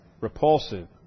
repulsive